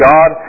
God